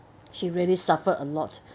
she really suffered a lot